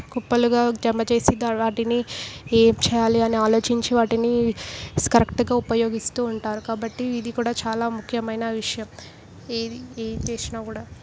కుప్పలుగా జమ చేసి తర వాటిని ఏం చేయాలి అని ఆలోచించి వాటిని స్ కరెక్ట్గా ఉపయోగిస్తూ ఉంటారు కాబట్టి ఇది కూడా చాలా ముఖ్యమైన విషయం ఏది ఏది చేసినా కూడా